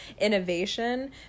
innovation